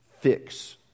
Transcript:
fix